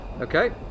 Okay